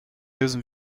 diesem